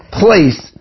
place